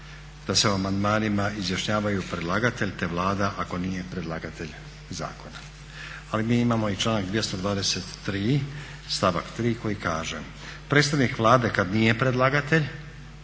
da se o amandmanima izjašnjavaju predlagatelj te Vlada ako nije predlagatelj zakona. Ali mi imamo i članak 223. stavak 3. koji kaže: "Predstavnik Vlade kad nije predlagatelj